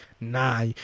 Nah